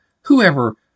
whoever